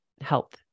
health